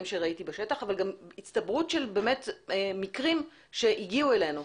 שראיתי בשטח אבל גם הצטברות של מקרים שהגיעו אלינו.